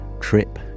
trip